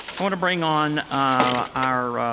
i want to bring on our